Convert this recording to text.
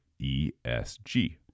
ESG